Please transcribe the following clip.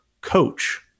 coach